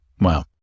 Wow